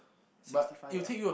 sixty five ah